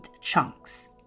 chunks